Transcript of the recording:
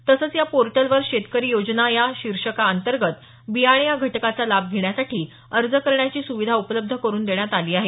तसंच या पोटेलवर शेतकरी योजना या शीर्षकाअंतर्गत बियाणे या घटकाचा लाभ घेण्यासाठी अर्ज करण्याची सुविधा उपलब्ध करून देण्यात आली आहे